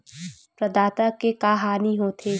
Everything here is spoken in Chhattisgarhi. प्रदाता के का हानि हो थे?